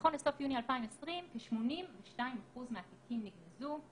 נכון לסוף יוני 2020 כ-82% מהתיקים נגנזו.